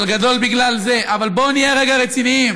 אבל גדול בגלל, אבל בואו נהיה רגע רציניים.